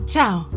Ciao